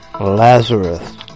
Lazarus